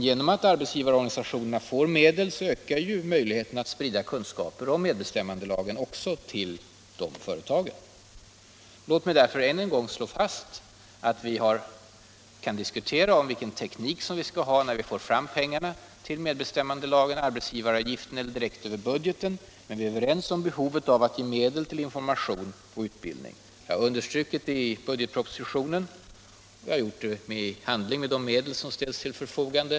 Genom att arbetsgivarorganisationerna får medel ökar ju möjligheterna att sprida kunskaper om medbestämmandelagen också till dessa företag. Låt mig därför än en gång slå fast att vi kan diskutera om vilken teknik vi skall ha när vi får fram pengarna till medbestämmandelagen —- genom arbetsgivaravgifter eller direkt över budgeten. Men vi är överens om behovet av att ge medel till information och utbildning. Jag har understrukit detta i budgetpropositionen. Jag har understrukit det också i handling genom de medel som ställs till förfogande.